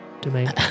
domain